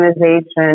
organization